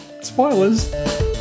Spoilers